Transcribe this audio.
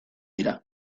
dira